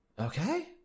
Okay